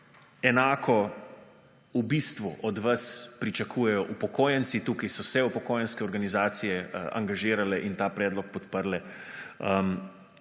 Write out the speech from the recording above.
Enako v bistvu od vas pričakujejo upokojenci. Tukaj so se upokojenske organizacije angažirale in ta predlog podprle,